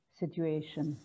situation